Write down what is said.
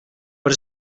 per